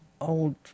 old